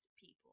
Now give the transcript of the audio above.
people